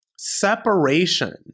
Separation